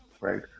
right